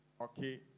okay